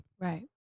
Right